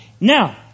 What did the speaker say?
Now